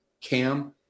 Cam